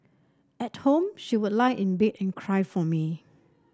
at home she would lie in bed and cry for me